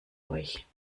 euch